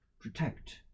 protect